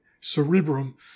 cerebrum